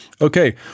Okay